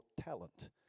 talent